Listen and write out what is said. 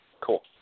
Cool